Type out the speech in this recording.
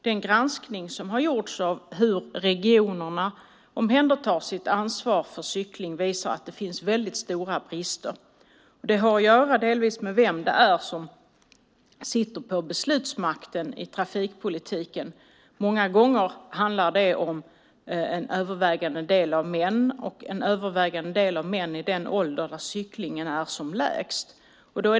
Den granskning som har gjorts av hur regionerna tar sitt ansvar för cykling visar att det finns väldigt stora brister. Det har delvis att göra med vem som har beslutsmakten i trafikpolitiken. Många gånger är det till övervägande delen män, och dessutom män i den åldersgrupp där andelen cyklande är lägst.